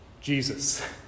Jesus